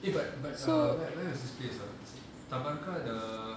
eh but but err where where was this place ah tabarca the